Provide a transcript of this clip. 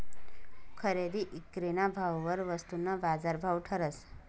खरेदी ईक्रीना भाववर वस्तूना बाजारभाव ठरस